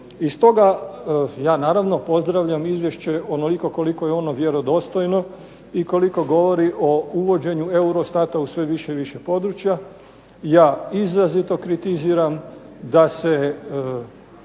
I stoga ja naravno pozdravljam izvješće onoliko koliko je ono vjerodostojno i koliko govori o uvođenju EUROSTAT-a u sve više i više područja. Ja izrazito kritiziram da se